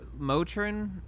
Motrin